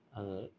आङो